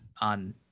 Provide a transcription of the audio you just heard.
on